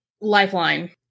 Lifeline